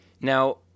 Now